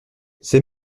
c’est